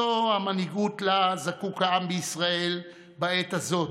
זו המנהיגות שהעם בישראל זקוק לה בעת הזאת,